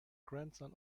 grandson